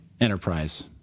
enterprise